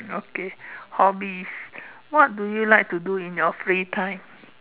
okay hobbies what do you like to do in your free time